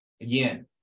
again